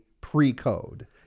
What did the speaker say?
pre-code